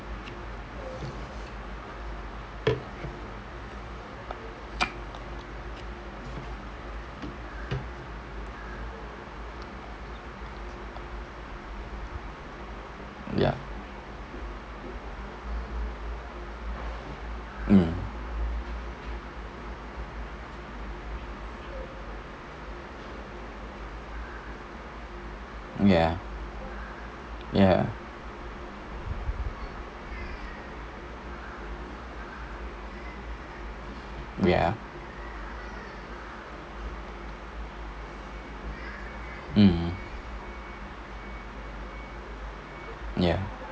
ya mm ya ya ya mm ya